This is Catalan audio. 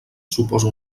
suposa